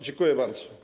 Dziękuję bardzo.